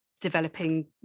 developing